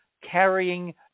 carrying